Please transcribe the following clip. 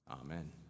Amen